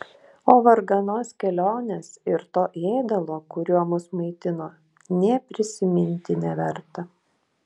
o varganos kelionės ir to ėdalo kuriuo mus maitino nė prisiminti neverta